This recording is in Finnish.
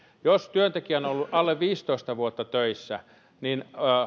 jos työntekijä on ollut alle viisitoista vuotta töissä niin